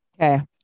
Okay